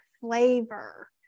flavor